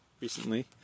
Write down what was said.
recently